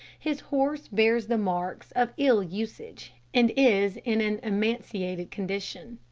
his horse bears the marks of ill-usage, and is in an emaciated condition.